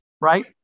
right